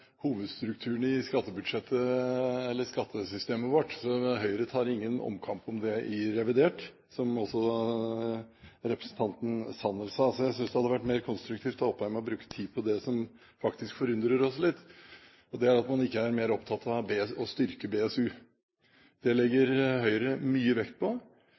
hovedstrukturen i skattesystemet vårt. Høyre tar ingen omkamp om det i revidert, som også representanten Sanner sa. Jeg synes det hadde vært konstruktivt av Opheim å bruke tid på det som faktisk forundrer oss litt, og det er at man ikke er mer opptatt av å styrke BSU. Det legger Høyre mye vekt på,